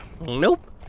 Nope